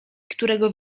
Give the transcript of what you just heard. którego